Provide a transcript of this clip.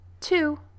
two